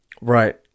Right